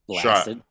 shot